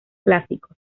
clásicos